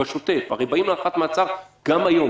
בשוטף הרי באים להארכת מעצר גם היום,